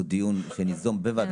או דיון שניזום בוועדת כספים ביחד איתך.